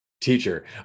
teacher